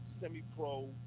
semi-pro